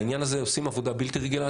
לעניין הזה עושים עבודה בלתי רגילה.